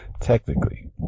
technically